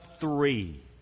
three